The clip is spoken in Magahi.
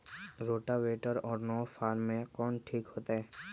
रोटावेटर और नौ फ़ार में कौन ठीक होतै?